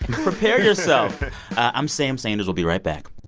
prepare yourself i'm sam sanders. we'll be right back